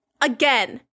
again